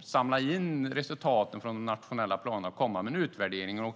samla in resultaten från de nationella planerna och komma med en utvärdering.